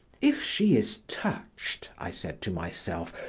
if she is touched, i said to myself,